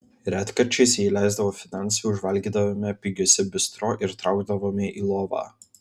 retkarčiais jei leisdavo finansai užvalgydavome pigiuose bistro ir traukdavome į lovą